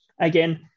Again